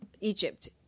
Egypt